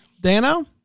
Dano